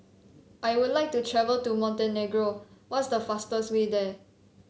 I would like to travel to Montenegro what is the fastest way there